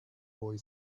boy